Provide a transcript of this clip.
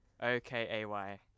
O-K-A-Y